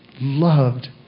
loved